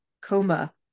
coma